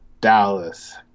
Dallas